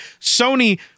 Sony